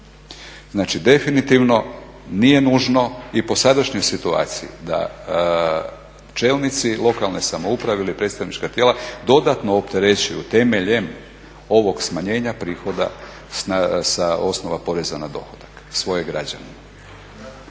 Znači, definitivno nije nužno i po sadašnjoj situaciji da čelnici lokalne samouprave ili predstavnička tijela dodatno opterećuju temeljem ovog smanjenja prihoda sa osnova poreza na dohodak svoje građane.